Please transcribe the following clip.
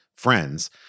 friends